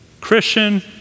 Christian